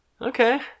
Okay